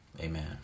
amen